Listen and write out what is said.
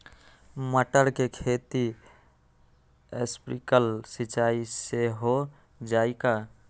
मटर के खेती स्प्रिंकलर सिंचाई से हो जाई का?